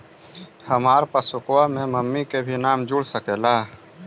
हमार पासबुकवा में मम्मी के भी नाम जुर सकलेहा?